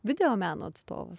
videomeno atstovas